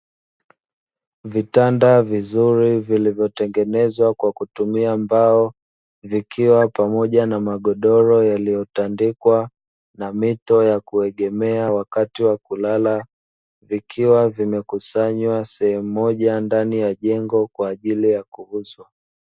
Vitanda vizuri vilivyotengenezwa kwa kutumia mbao vikiwa pamoja na magodoro yaliyotandikwa na mito ya kuegemea wakati wa kulala, vikiwa vimekusanywa sehemu moja ndani ya jengo kwa ajili ya kuuzwa.